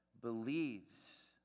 believes